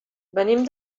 venim